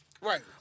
Right